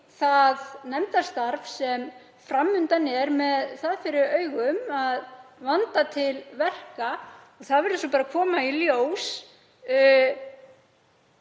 það nefndarstarf sem fram undan er með það fyrir augum að vanda til verka. Og það verður bara að koma í ljós